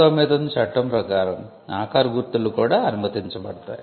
1999 చట్టం ప్రకారం ఆకార గుర్తులు కూడా అనుమతించబడతాయి